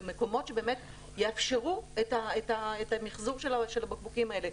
במקומות שבאמת יאפשרו את המיחזור של הבקבוקים האלה.